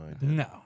No